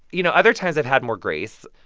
you know, other times, i've had more grace,